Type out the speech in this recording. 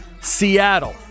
Seattle